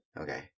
Okay